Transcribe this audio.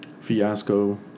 fiasco